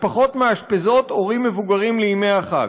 משפחות מאשפזות הורים מבוגרים לימי החג.